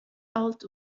alt